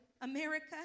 America